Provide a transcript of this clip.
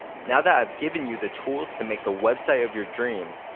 now that i've given you the tools to make the website of your dreams,